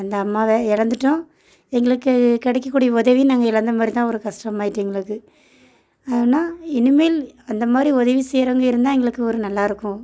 அந்த அம்மாவை எழந்துட்டோம் எங்களுக்கு கிடைக்க கூடிய உதவி நாங்கள் எழந்த மாதிரிதான் ஒரு கஸ்டமாகிட்டு எங்களுக்கு ஆனால் இனிமேல் அந்த மாதிரி உதவி செய்கிறவங்க இருந்தால் எங்களுக்கு ஒரு நல்லாயிருக்கும்